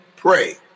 pray